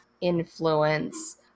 influence